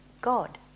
God